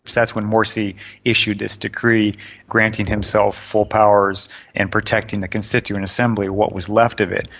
that's when morsi issued this decree granting himself full powers and protecting the constituent assembly, what was left of it,